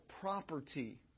property